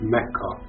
Mecca